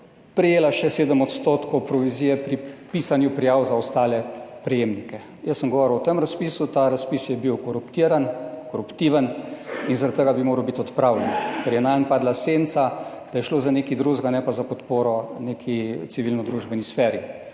prejela še 7 % provizije pri pisanju prijav za ostale prejemnike. Jaz sem govoril o tem razpisu. Ta razpis je bil koruptiven in zaradi tega bi moral biti odpravljen, ker je nanj padla senca, da je šlo za nekaj drugega, ne pa za podporo neki civilnodružbeni sferi.